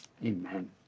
Amen